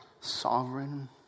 sovereign